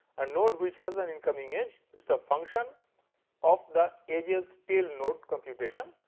a node which has an incoming edge is a function of the edge's tail node computation.